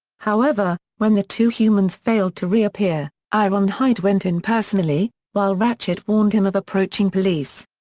however, when the two humans failed to reappear, ironhide went in personally, while ratchet warned him of approaching police.